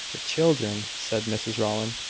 the children said mrs rowland,